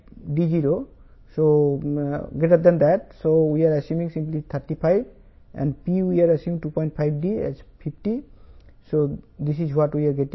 0 కాబట్టి kb 0